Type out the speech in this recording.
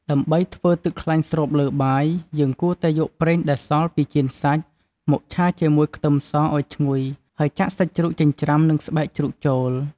ដើម្បីធ្វើទឹកខ្លាញ់ស្រូបលើបាយ យើងគួរតែយកប្រេងដែលសល់ពីចៀនសាច់មកឆាជាមួយខ្ទឹមសឱ្យឈ្ងុយ ហើយចាក់សាច់ជ្រូកចិញ្ច្រាំនិងស្បែកជ្រូកចូល។